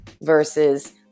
versus